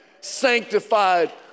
sanctified